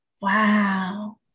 Wow